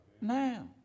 now